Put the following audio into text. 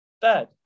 bad